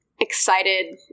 excited